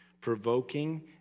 provoking